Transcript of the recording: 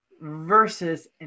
versus